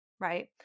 right